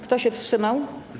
Kto się wstrzymał?